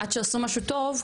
עד שעשו משהו טוב,